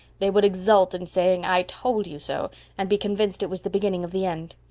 they would exult in saying i told you so and be convinced it was the beginning of the end.